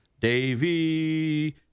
Davy